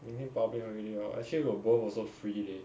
明天 public holiday hor actually 我 both also free leh